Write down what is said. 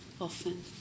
often